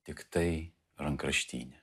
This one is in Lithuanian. tiktai rankraštyne